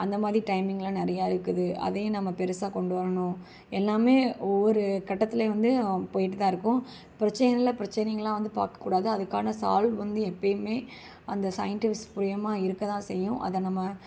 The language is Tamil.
அந்தமாதிரி டைமிங்லாம் நிறையா இருக்குது அதையும் நம்ம பெருசாக கொண்டுவரணும் எல்லாமே ஒவ்வொரு கட்டத்திலியும் வந்து போய்ட்டுதான் இருக்கும் பிரச்சினைகள்ல பிரச்சினைகள்லாம் வந்து பார்க்கக்கூடாது அதுக்கான சால்வ் வந்து எப்பயுமே அந்த சயின்டிஃபிஸ் மூலயமா இருக்கதான் செய்யும் அதை நம்ம